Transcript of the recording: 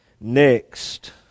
Next